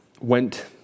went